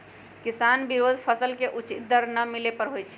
किसान विरोध फसल के उचित दर न मिले पर होई छै